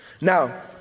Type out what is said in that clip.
Now